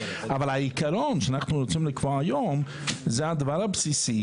אבל העיקרון שאנחנו רוצים לקבוע היום זה הדבר הבסיסי